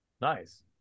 Nice